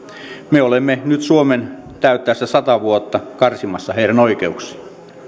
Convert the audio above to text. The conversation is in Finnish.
me olemme nyt suomen täyttäessä sata vuotta karsimassa heidän oikeuksiaan